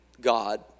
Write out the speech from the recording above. God